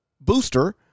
booster